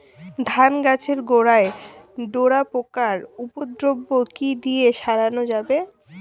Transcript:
ধান গাছের গোড়ায় ডোরা পোকার উপদ্রব কি দিয়ে সারানো যাবে?